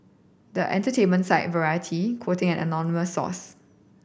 but entertainment site Variety quoting an anonymous source